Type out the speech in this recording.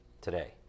today